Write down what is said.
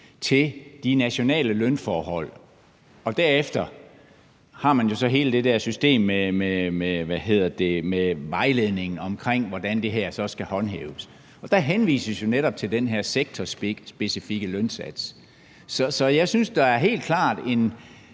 til de nationale lønforhold, og derefter har man hele det der system med vejledning om, hvordan det her så skal håndhæves, og der henvises netop til den her sektorspecifikke lønsats. Så jeg synes helt klart,